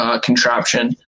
contraption